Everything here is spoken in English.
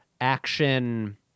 action